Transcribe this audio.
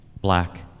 Black